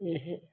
ਇਹ